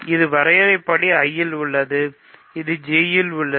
இது வரையறையின்படி I இல் உள்ளது இது J இல் உள்ளது